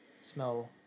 Smell